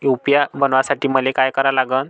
UPI बनवासाठी मले काय करा लागन?